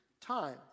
time